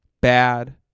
bad